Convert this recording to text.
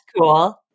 cool